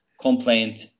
complaint